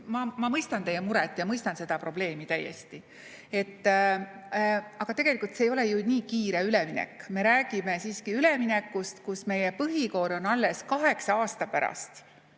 Ma mõistan teie muret ja mõistan seda probleemi täiesti. Aga tegelikult see ei ole nii kiire üleminek. Me räägime siiski üleminekust, kus meie põhikool on alles kaheksa aasta pärast